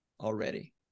already